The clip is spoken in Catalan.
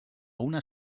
una